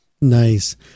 Nice